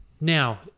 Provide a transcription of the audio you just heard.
Now